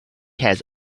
has